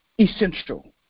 essential